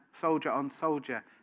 soldier-on-soldier